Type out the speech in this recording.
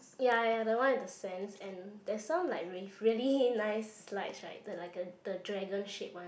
ya ya the one with the sands and there's one like with really nice lights right the like the the dragon shaped one